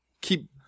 keep